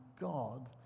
God